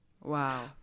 wow